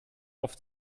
oft